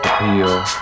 appeal